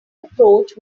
approach